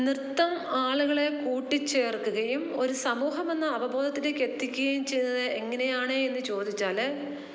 നൃത്തം ആളുകളെ കൂട്ടി ചേർക്കുകയും ഒരു സമൂഹമെന്ന അപബോധത്തിലേക്ക് എത്തിക്കുകയും ചെയ്തത് എങ്ങനെയാണ് എന്ന് ചോദിച്ചാൽ